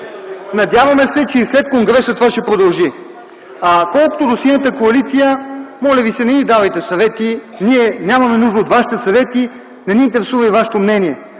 Надяваме се, че и след конгреса това ще продължи. А колкото до Синята коалиция, моля ви се, не ни давайте съвети. Ние нямаме нужда от вашите съвети. Не ни интересува и вашето мнение.